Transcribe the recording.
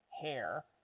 hair